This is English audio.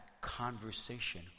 conversation